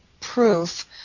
proof